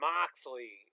Moxley